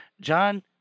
John